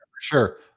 sure